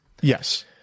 Yes